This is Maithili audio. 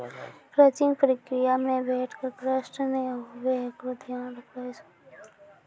क्रचिंग प्रक्रिया मे भेड़ क कष्ट नै हुये एकरो ध्यान रखलो जाय छै